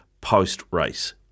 post-race